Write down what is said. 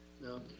No